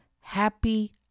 happy